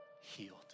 healed